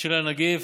של הנגיף,